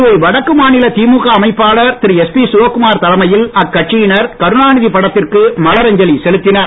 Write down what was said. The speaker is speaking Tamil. புதுவை வடக்கு மாநில திமுக அமைப்பாளர் திரு எஸ்பி சிவக்குமார் தலைமையில் கருணாநிதி படத்திற்கு மலர் அஞ்சலி செலுத்தினர்